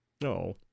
No